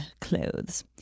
clothes